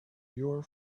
your